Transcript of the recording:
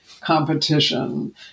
competition